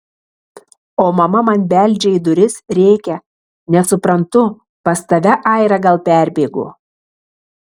o mama man beldžia į duris rėkia nesuprantu pas tave aira gal perbėgo